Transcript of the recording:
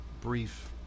brief